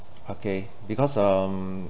okay because um